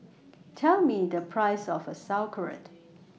Tell Me The Price of A Sauerkraut